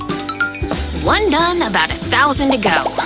one done, about a thousand to go.